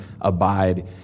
abide